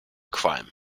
qualm